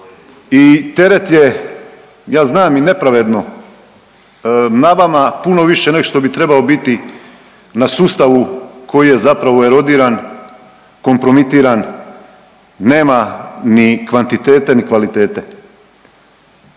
I teret je ja znam i nepravedno na vama puno više nego što bi trebao biti na sustavu koji je zapravo erodiran, kompromitiran, nema ni kvantitete, ni kvalitete.